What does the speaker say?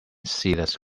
seedless